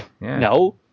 No